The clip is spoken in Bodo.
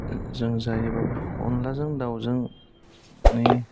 जों जायोबा बे अनलाजों दाउजोंनि